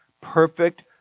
perfect